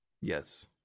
Yes